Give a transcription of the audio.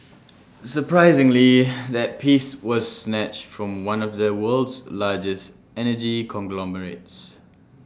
surprisingly that piece was snatched from one of the world's largest energy conglomerates